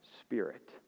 spirit